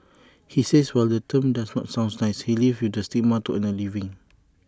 he says while the term does not sound nice he lives with the stigma to earn A living